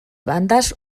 bandes